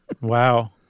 Wow